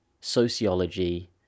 sociology